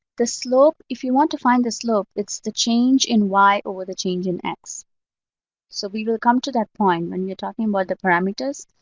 the slope. if you want to find the slope, it's the change in y over the change in x so we will come to that point, when you're talking about the parameters,